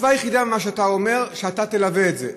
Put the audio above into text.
התקווה היחידה במה שאתה אומר, שאתה תלווה את זה.